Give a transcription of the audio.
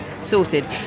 sorted